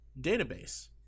database